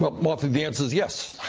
martha, the answer is yes.